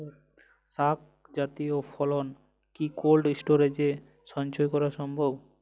শাক জাতীয় ফসল কি কোল্ড স্টোরেজে সঞ্চয় করা সম্ভব?